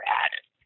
added